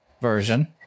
version